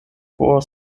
four